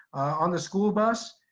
on the school bus,